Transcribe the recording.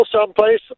someplace